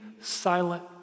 silent